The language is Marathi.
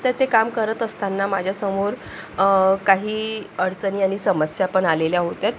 तर ते काम करत असताना माझ्या समोर काही अडचणी आणि समस्या पण आलेल्या होत्या